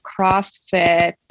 crossfit